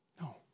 No